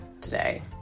today